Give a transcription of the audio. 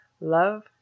Love